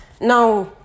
Now